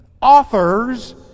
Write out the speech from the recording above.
authors